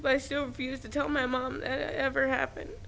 but i still refused to tell my mom ever happened